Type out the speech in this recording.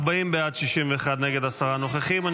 40 בעד, 61 נגד, עשרה נוכחים.